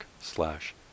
slash